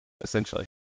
essentially